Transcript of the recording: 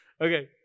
Okay